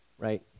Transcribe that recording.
Right